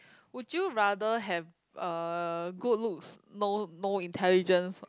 would you rather have uh good looks no no intelligence